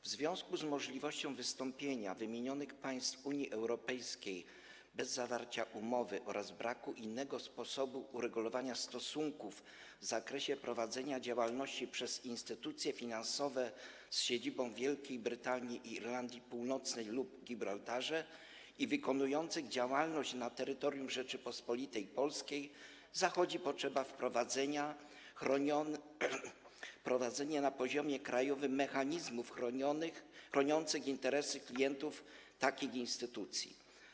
W związku z możliwością wystąpienia wymienionych państw z Unii Europejskich bez zawarcia umowy oraz braku innego sposobu uregulowania stosunków w zakresie prowadzenia działalności przez instytucje finansowe z siedzibą w Wielkiej Brytanii i Irlandii Północnej oraz Gibraltarze wykonujące działalność na terytorium Rzeczypospolitej Polskiej zachodzi potrzeba wprowadzenia na poziomie krajowym mechanizmów chroniących interesy klientów takich instytucji.